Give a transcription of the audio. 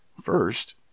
First